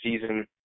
season